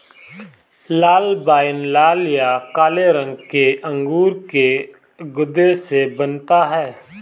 लाल wine लाल या काले रंग के अंगूर के गूदे से बनता है